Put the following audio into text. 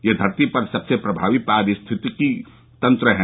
ये धरती पर सबसे प्रभावी पारिस्थितिकी तंत्र हैं